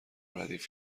ردیف